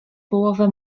połowę